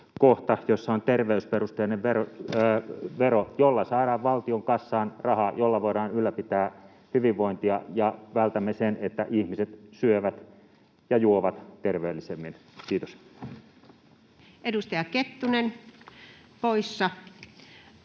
kohta, jossa on terveysperusteinen vero, jolla saadaan valtion kassaan rahaa, jolla voidaan ylläpitää hyvinvointia, ja turvaamme sen, että ihmiset syövät ja juovat terveellisemmin. — Kiitos. Toiseen